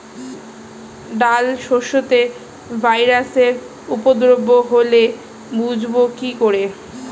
ডাল শস্যতে ভাইরাসের উপদ্রব হলে বুঝবো কি করে?